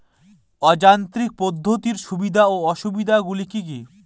অযান্ত্রিক পদ্ধতির সুবিধা ও অসুবিধা গুলি কি কি?